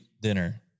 dinner